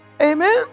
Amen